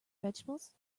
vegetables